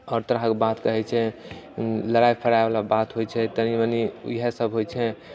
आओर तरह कऽ बात कहैत छै लड़ाइ फड़ाइ बला बात होएत छै तनी मनी इहए सब होएत छै